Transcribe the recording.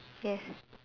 yes